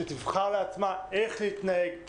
שתבחר לעצמה איך להתנהג,